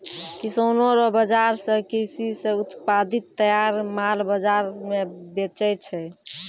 किसानो रो बाजार से कृषि से उत्पादित तैयार माल बाजार मे बेचै छै